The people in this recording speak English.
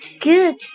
Good